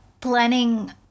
planning